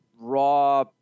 raw